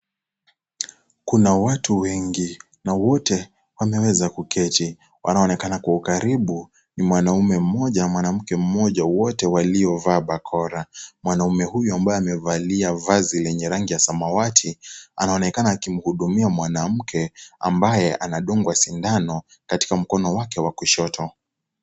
Kuna watu wengi na wote wameweza kuketi. Wanaoneka kwa ukaribu ni mwanamme mmoja, mwanamke mmoja, wote waliovaa bakora. Mwanaume huyu ambaye amevalia vazi lenye rangi ya samawati anaonekana akimhudumia mwanamke ambaye anadungwa sindano katika mkono wake wa kushoto.